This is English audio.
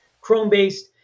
Chrome-based